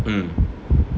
mm